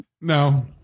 No